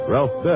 Ralph